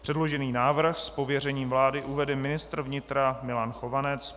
Předložený návrh z pověření vlády uvede ministr vnitra Milan Chovanec.